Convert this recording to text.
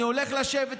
אני הולך לשבת איתו,